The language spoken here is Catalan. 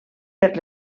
per